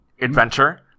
adventure